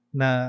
na